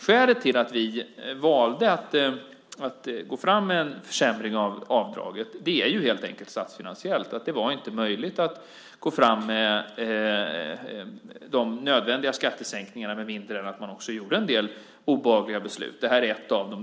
Skälet till att vi valde att gå fram med en försämring av avdraget för övriga utgifter är helt enkelt statsfinansiellt. Det var inte möjligt att göra de nödvändiga skattesänkningarna med mindre än att vi också fattade en del obehagliga beslut. Det här är ett av dem.